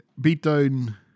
beatdown